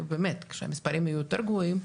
באמת כשהמספרים יהיו יותר גבוהים,